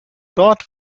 dort